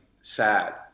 sad